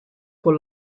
con